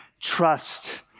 trust